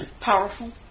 Powerful